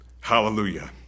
Hallelujah